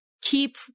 keep